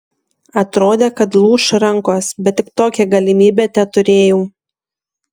atrodė kad lūš rankos bet tik tokią galimybę teturėjau